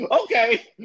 Okay